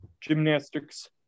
gymnastics